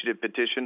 petition